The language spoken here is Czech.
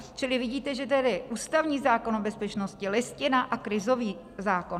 Čili vidíte, že tedy ústavní zákon o bezpečnosti, Listina a krizový zákon.